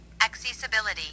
Accessibility